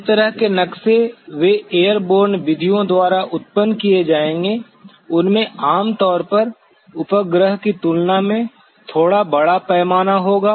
जिस तरह के नक्शे वे एयरबोर्न विधियों द्वारा उत्पन्न किए जाएंगे उनमें आमतौर पर उपग्रह की तुलना में थोड़ा बड़ा पैमाने होगा